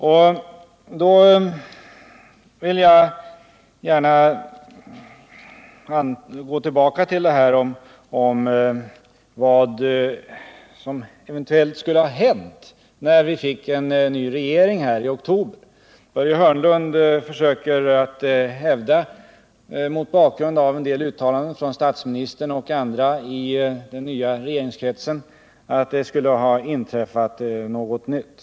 Jag vill då gärna återkomma till frågan om vad som enligt Börje Hörnlund har hänt sedan vi i oktober fick en ny regering. Mot bakgrund av en del uttalanden av statsministern och andra i den nya regeringskretsen försöker Börje Hörnlund hävda att det har inträffat något nytt.